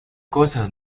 cosas